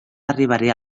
arribaria